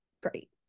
great